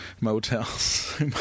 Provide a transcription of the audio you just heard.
Motels